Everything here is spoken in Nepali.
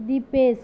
दिपेस